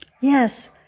Yes